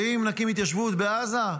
ואם נקים התיישבות בעזה,